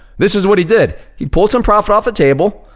this is what he did. he pulled some profit off the table,